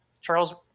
Charles